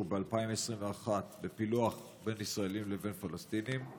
ב-2021 בפילוח בין ישראלים לבין פלסטינים?